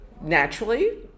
naturally